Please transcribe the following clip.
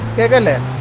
given the